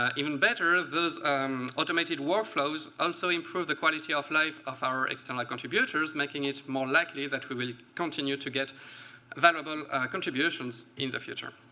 ah even better, those automated workflows also um so improve the quality of life of our external contributors, making it more likely that we will continue to get valuable contributions in the future.